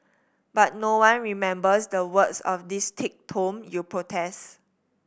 but no one remembers the words of this thick tome you protest